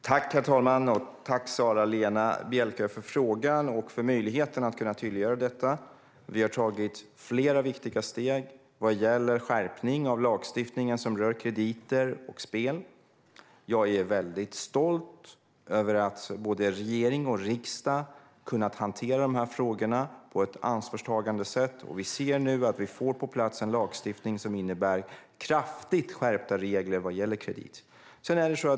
Herr talman! Tack, Sara-Lena Bjälkö, för frågan och för möjligheten att tydliggöra detta. Vi har tagit flera viktiga steg vad gäller skärpning av lagstiftningen som rör krediter och spel. Jag är väldigt stolt över att både regeringen och riksdagen har kunnat hantera dessa frågor på ett ansvarstagande sätt, och vi ser nu att vi får på plats en lagstiftning som innebär kraftigt skärpta regler vad gäller kredit.